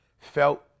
felt